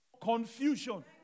confusion